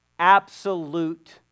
absolute